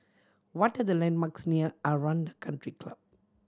what are the landmarks near Aranda Country Club